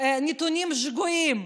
נתונים שגויים,